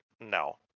No